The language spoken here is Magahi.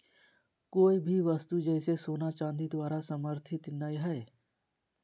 कोय भी वस्तु जैसे सोना चांदी द्वारा समर्थित नय हइ